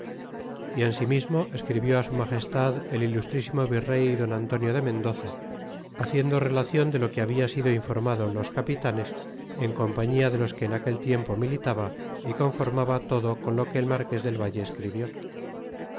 y ensimismo escribió á su magestad el ilustrísimo virey don antonio de mendoza haciendo relación de lo que habia sido informado los capitanes en compañia de los que en aquel tiempo militaba y conformaba todo con lo que el marques del valle escribió